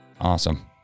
Awesome